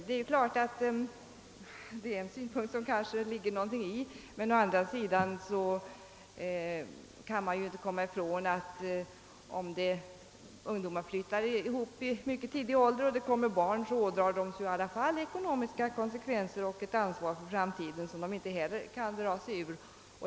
Det är klart att det kan ligga någonting i detta, men å andra sidan kan man inte komma ifrån, att ungdomar som flyttar ihop vid mycket tidig ålder och sedan får barn, i alla fall ådrar sig ekonomiska förpliktelser och ett ansvar för framtiden, som de inte heller kan dra sig ur.